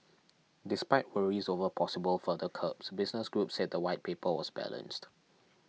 despite worries over possible further curbs business groups said the White Paper was balanced